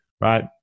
right